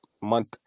month